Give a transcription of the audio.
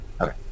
Okay